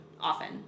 often